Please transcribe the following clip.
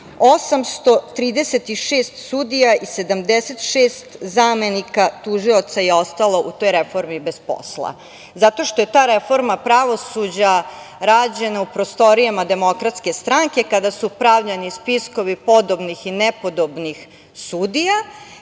836 sudija i 76 zamenika tužioca je ostalo u toj reformi bez posla zato što je ta reforma pravosuđa rađena u prostorijama DS kada su pravljeni spiskovi podobnih i nepodobnih sudija.